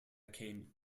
came